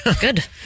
Good